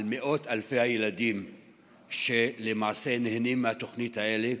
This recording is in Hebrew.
על מאות אלפי הילדים שלמעשה נהנים מהתוכניות האלה?